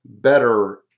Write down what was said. better